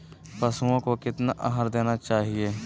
पशुओं को कितना आहार देना चाहि?